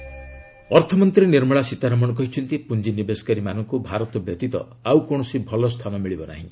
Sitharaman economy ଅର୍ଥମନ୍ତ୍ରୀ ନିର୍ମଳା ସୀତାରମଣ କହିଛନ୍ତି ପୁଞ୍ଜି ନିବେଶକାରୀମାନଙ୍କୁ ଭାରତ ବ୍ୟତୀତ ଆଉ କୌଣସି ଭଲ ସ୍ଥାନ ମିଳିବ ନାହିଁ